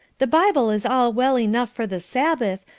the bible is all well enough for the sabbath,